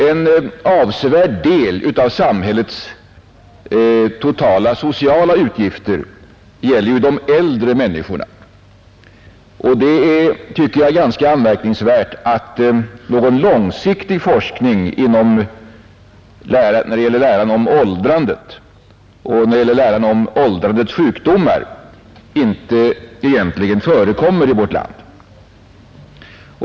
En avsevärd del av samhällets totala sociala utgifter gäller ju de äldre människorna. Det är, tycker jag, ganska anmärkningsvärt att när det gäller läran om åldrandet och läran om åldrandets sjukdomar någon långsiktig forskning egentligen inte förekommer i vårt land.